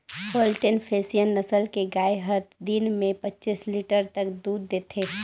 Holstein Friesian नसल के गाय हत दिन में पच्चीस लीटर तक दूद देथे